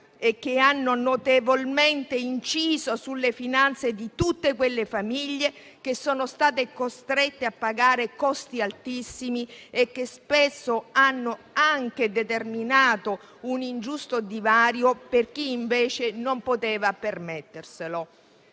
e che hanno notevolmente inciso sulle finanze di tutte quelle famiglie, che sono state costrette a pagare costi altissimi e che spesso hanno anche determinato un ingiusto divario per chi invece non poteva permetterselo.